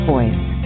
Voice